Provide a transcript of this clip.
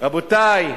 רבותי,